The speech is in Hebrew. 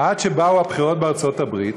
עד שבאו הבחירות בארצות-הברית